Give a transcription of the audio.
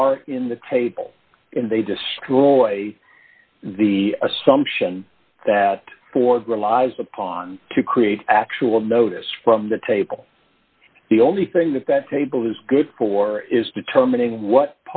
are in the table and they destroyed the assumption that for relies upon to create actual notice from the table the only thing that that table is good for is determining what